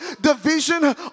division